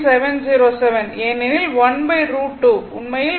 707 ஏனெனில் 1 √2 உண்மையில் 7